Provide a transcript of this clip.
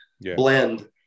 blend